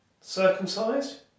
Circumcised